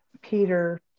Peter